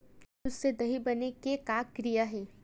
दूध से दही बने के का प्रक्रिया हे?